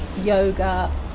yoga